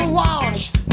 watched